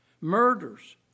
murders